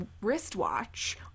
wristwatch